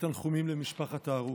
ותנחומים למשפחת ההרוג.